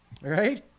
Right